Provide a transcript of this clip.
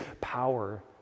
power